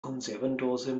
konservendose